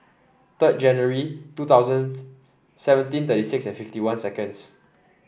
third January two thousand seventeen thirty six and fifty one seconds